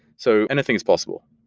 so anything is possible.